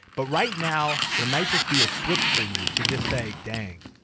but right now there might just be a switch for you to just say, dang,